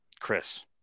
Chris